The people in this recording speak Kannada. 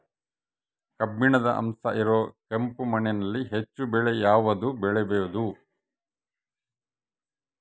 ಕಬ್ಬಿಣದ ಅಂಶ ಇರೋ ಕೆಂಪು ಮಣ್ಣಿನಲ್ಲಿ ಹೆಚ್ಚು ಬೆಳೆ ಯಾವುದು ಬೆಳಿಬೋದು?